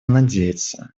надеется